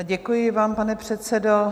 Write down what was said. Děkuji vám, pane předsedo.